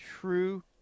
true